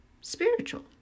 spiritual